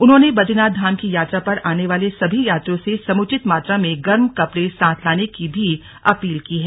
उन्होंने बदरीनाथ धाम की यात्रा पर आने वाले सभी यात्रियों से समुचित मात्रा में गर्म कपड़े साथ लाने की भी अपील की है